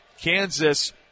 Kansas